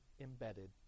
embedded